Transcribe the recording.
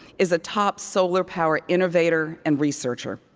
is a top solar power innovator and researcher.